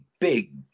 big